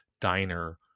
diner